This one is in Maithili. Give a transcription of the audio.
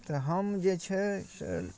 तऽ हम जे छै से